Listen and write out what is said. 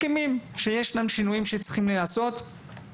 מסכימים ומבינים באמת שהשינויים במערכת המשפט הם נחוצים.